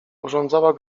urządzała